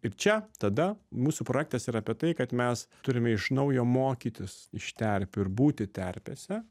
ir čia tada mūsų projektas yra apie tai kad mes turime iš naujo mokytis iš terpių ir būti terpėse